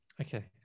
okay